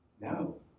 no